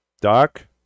dark